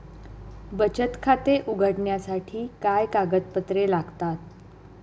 बचत खाते उघडण्यासाठी काय कागदपत्रे लागतात?